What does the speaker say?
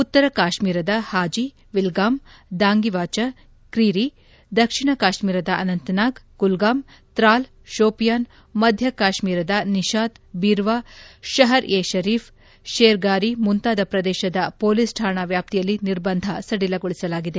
ಉತ್ತರ ಕಾಶ್ಮೀರದ ಹಾಜಿ ವಿಲ್ಗಾಮ್ ದಾಂಗಿವಾಚಾ ಕ್ರೀರಿ ದಕ್ಷಿಣ ಕಾಶ್ಮೀರದ ಅನಂತನಾಗ್ ಕುಲ್ಗಾಮ್ ತ್ರಾಲ್ ಕೋಪಿಯಾನ್ ಮಧ್ಯ ಕಾಶ್ನೀರದ ನಿಶಾತ್ ಬೀರ್ನಾ ಷಹರ್ ಎ ಪರೀಫ್ ಶೇರ್ಗಾರಿ ಮುಂತಾದ ಪ್ರದೇಶದ ಪೊಲೀಸ್ ಠಾಣಾ ವ್ಲಾಪ್ತಿಯಲ್ಲಿ ನಿರ್ಬಂಧ ಸಡಿಲಗೊಳಿಸಲಾಗಿದೆ